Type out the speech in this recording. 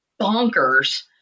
bonkers